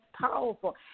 powerful